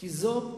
כי זו,